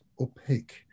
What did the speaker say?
opaque